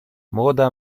młoda